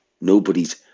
nobody's